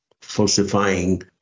falsifying